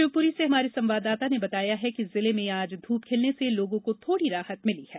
शिवपुरी से हमारे संवाददाता ने बताया है कि जिले में आज धूप खिलने से लोगों को थोड़ी राहत मिली है